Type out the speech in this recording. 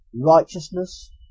righteousness